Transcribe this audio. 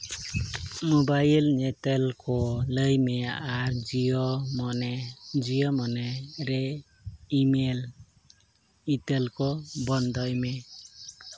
mobile ᱧᱮᱛᱮᱞ ᱠᱚ ᱞᱟᱹᱭ ᱢᱮ ᱟᱨ Jio money Jio money email ᱤᱛᱮᱞ ᱠᱚ ᱵᱚᱱᱫᱚᱭ ᱢᱮ